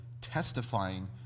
testifying